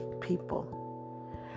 people